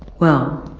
well,